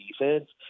defense